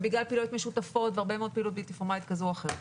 בגלל פעילויות משותפות והרבה מאוד פעילות בלתי פורמלית כזו או אחרת.